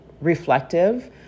reflective